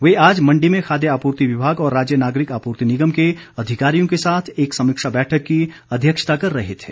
वे आज मंडी में खाद्य आपूर्ति विभाग और राज्य नागरिक आपूर्ति निगम के अधिकारियों के साथ एक समीक्षा बैठक की अध्यक्षता कर रहे थे